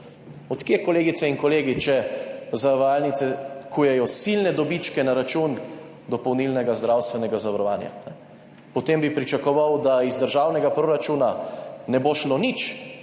Od kje, kolegice in kolegi, če zavarovalnice kujejo silne dobičke na račun dopolnilnega zdravstvenega zavarovanja? Potem bi pričakoval, da iz državnega proračuna ne bo šlo nič